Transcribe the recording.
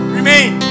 Remain